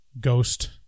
ghost